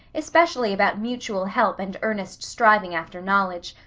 especially about mutual help and earnest striving after knowledge.